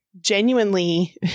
genuinely